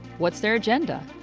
what's their agenda?